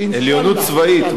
עליונות צבאית הוא מתכוון.